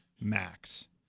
max